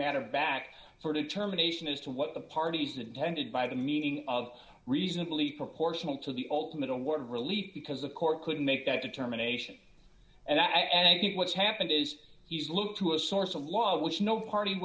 matter back sort of terminations as to what the parties intended by the meaning of reasonably proportional to the ultimate on what relief because the court could make that determination and i and i think what's happened is he's looked to a source of law which no party